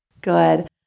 Good